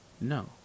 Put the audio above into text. No